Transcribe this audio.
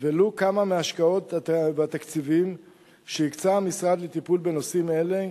ולו כמה מההשקעות והתקציבים שהקצה המשרד לטיפול בנושאים אלה.